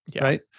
right